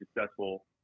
successful